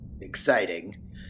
Exciting